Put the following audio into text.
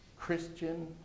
Christian